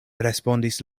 respondis